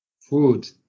Food